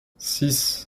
six